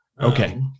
Okay